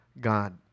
God